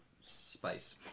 spice